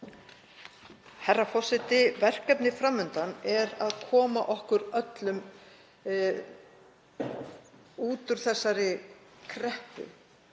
Herra forseti. Verkefnið fram undan er að koma okkur öllum út úr þessari kreppu.